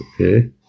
Okay